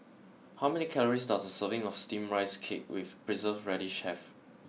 how many calories does a serving of steamed rice cake with preserved radish have